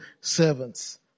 servants